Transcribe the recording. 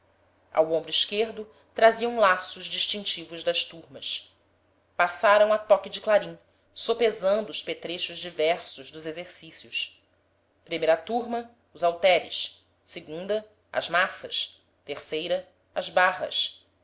ao ombro esquerdo traziam laços distintivos das turmas passaram a toque de clarim sopesando os petrechos diversos dos exercícios primeira turma os halteres segunda as maças terceira as barras